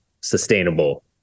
sustainable